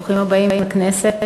ברוכים הבאים לכנסת.